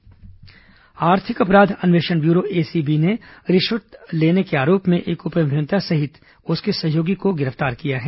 ACB छापा आर्थिक अपराध अन्वेषण ब्यूरो एसीबी ने रिश्वत लेने के आरोप में एक उपअभियंता सहित उसके एक सहयोगी को गिरफ्तार किया है